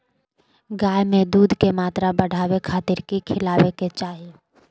गाय में दूध के मात्रा बढ़ावे खातिर कि खिलावे के चाही?